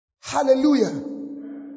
Hallelujah